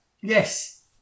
Yes